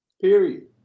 Period